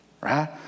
right